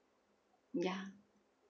ya